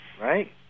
Right